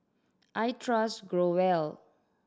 I trust Growell